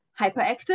hyperactive